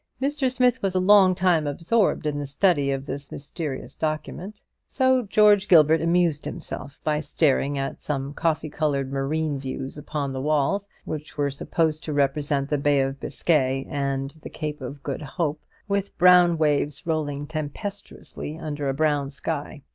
mr. smith was a long time absorbed in the study of this mysterious document so george gilbert amused himself by staring at some coffee-coloured marine views upon the walls, which were supposed to represent the bay of biscay and the cape of good hope, with brown waves rolling tempestuously under a brown sky.